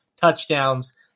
touchdowns